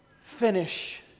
Finish